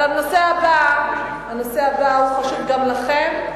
אבל הנושא הבא חשוב גם לכם,